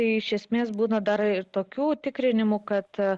iš esmės dar ir tokių tikrinimų kad